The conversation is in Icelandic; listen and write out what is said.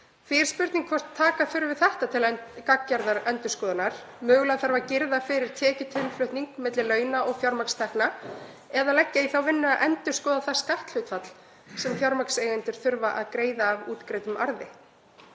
er spurning hvort taka þurfi þetta til gagngerrar endurskoðunar. Mögulega þarf að girða fyrir tekjutilflutning milli launa og fjármagnstekna eða leggja í þá vinnu að endurskoða það skatthlutfall sem fjármagnseigendur þurfa að greiða af útgreiddum arði.